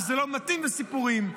וזה לא מתאים וסיפורים.